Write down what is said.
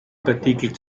partikel